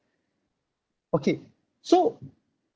okay so